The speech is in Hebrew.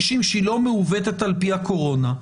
המטרה אבל היא לא למכור, צריך להבין.